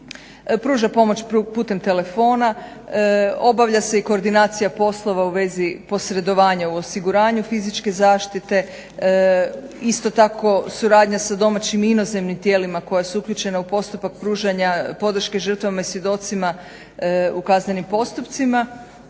pruža pomoć putem telefona. Obavlja se i koordinacija poslova u vezi posredovanja u osiguranju fizičke zaštite. Isto tako suradnja sa domaćim i inozemnim tijelima koja su uključena u postupak pružanja podrške žrtvama i svjedocima u kaznenim postupcima.